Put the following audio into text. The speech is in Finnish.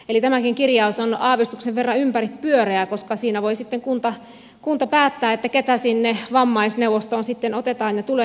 eli tämäkin kirjaus on aavistuksen verran ympäripyöreä koska siinä voi sitten kunta päättää keitä sinne vammaisneuvostoon sitten otetaan ja tulee jäseneksi